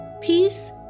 Peace